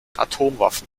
atomwaffen